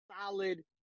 solid